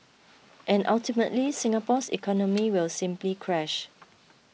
and ultimately Singapore's economy will simply crash